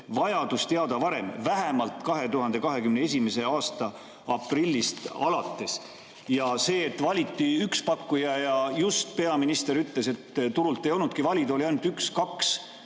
vajadus teada varem, vähemalt 2021. aasta aprillist alates. Valiti üks pakkuja ja peaminister just ütles, et turult ei olnudki valida, oli ainult üks-kaks